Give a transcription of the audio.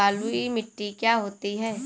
बलुइ मिट्टी क्या होती हैं?